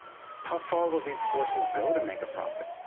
how far will these forces go, to make a profit?